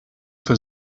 für